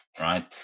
right